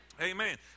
Amen